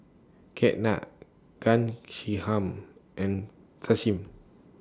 Ketna and Sachin